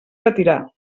retirar